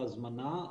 ההזמנה,